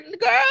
girl